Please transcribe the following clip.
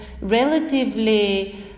relatively